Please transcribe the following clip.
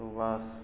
ଉବାସ